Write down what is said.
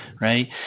Right